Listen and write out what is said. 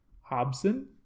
Hobson